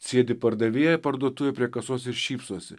sėdi pardavėja parduotuvėj prie kasos ir šypsosi